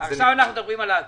עכשיו אנחנו מדברים על העקיף.